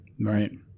Right